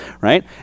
right